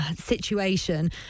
situation